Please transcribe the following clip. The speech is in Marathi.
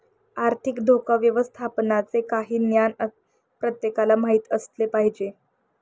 आर्थिक धोका व्यवस्थापनाचे काही ज्ञान प्रत्येकाला माहित असले पाहिजे